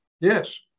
Yes